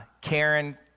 Karen